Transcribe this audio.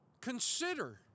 consider